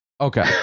Okay